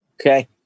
okay